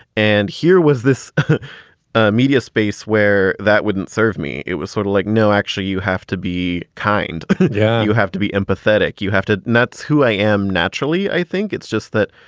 and here was this ah media space where that wouldn't serve me. it was sort of like, no, actually, you have to be kind. yeah you have to be empathetic. you have to know that's who i am naturally. i think it's just that,